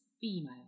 female